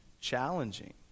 challenging